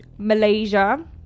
Malaysia